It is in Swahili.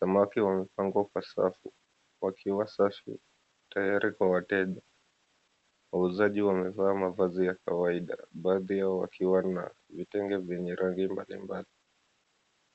Samaki wamepangwa kwa safu wakiwa tayari kwa wateja. Wauzaji wamevaa mavazi ya kawaida. Baadhi yao wakiwa na vitenge vyenye rangi mbali mbali.